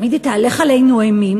תמיד היא תהלך עלינו אימים.